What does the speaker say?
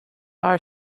our